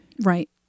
right